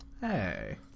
Hey